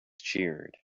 cheered